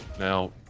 Now